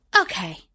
Okay